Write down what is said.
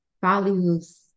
values